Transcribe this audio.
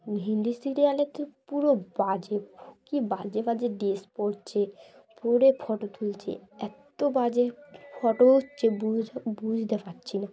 হিন্দি সিরিয়ালে তো পুরো বাজে কি বাজে বাজে ড্রেস পড়ছে পুরে ফটো তুলছে এত বাজে ফটো হচ্ছে বুঝ বুঝতে পারছি না